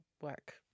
work